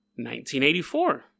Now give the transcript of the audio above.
1984